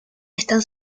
están